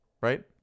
Right